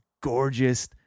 gorgeous